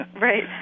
Right